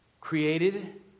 Created